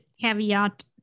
caveat